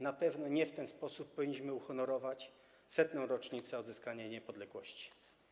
Na pewno nie w ten sposób powinniśmy uhonorować 100. rocznicę odzyskania niepodległości.